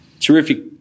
Terrific